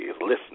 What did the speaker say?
listen